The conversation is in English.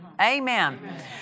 Amen